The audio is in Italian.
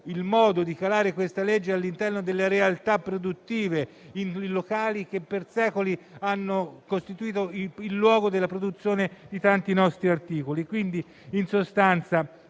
il modo per calare questa legge all'interno delle realtà produttive locali, che per secoli hanno costituito il luogo della produzione di tanti nostri articoli.